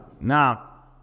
Now